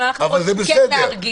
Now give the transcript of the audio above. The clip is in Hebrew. אבל זה בסדר.